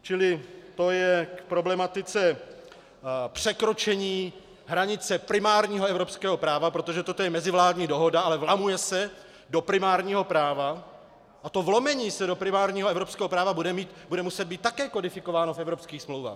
Čili to je k problematice překročení hranice primárního evropského práva, protože toto je mezivládní dohoda, ale vlamuje se do primárního práva a to vlomení do primárního evropského práva bude muset být také kodifikováno v evropských smlouvách.